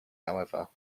however